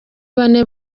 bane